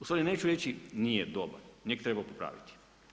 Ustvari neću reći nije dobar, njega treba popraviti.